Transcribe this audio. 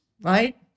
Right